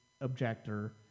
objector